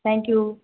thank you